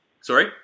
Sorry